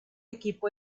equipo